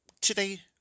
today